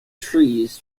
trees